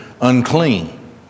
unclean